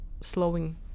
slowing